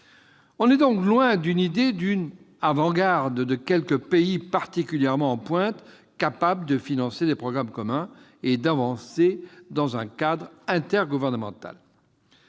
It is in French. On est donc loin de l'idée d'une avant-garde de quelques pays particulièrement en pointe, capables de financer des programmes communs et d'avancer dans un cadre intergouvernemental.